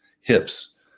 hips